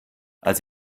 als